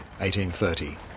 1830